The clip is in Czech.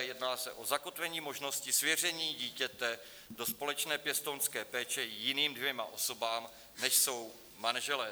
Jedná se o zakotvení možností svěření dítěte do společné pěstounské péče jiným dvěma osobám, než jsou manželé.